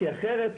כי אחרת,